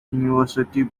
university